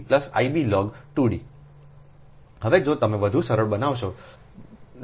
હવે જો તમે વધુ સરળબનાવશો ʎaa 0